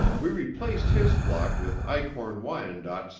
we replaced his flock with eichorn wyandottes,